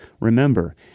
remember—